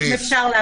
אם אפשר,